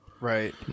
right